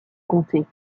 comté